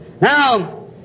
Now